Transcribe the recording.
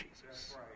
Jesus